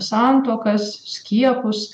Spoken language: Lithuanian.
santuokas skiepus